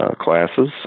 classes